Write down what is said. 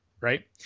right